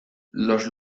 los